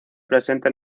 presente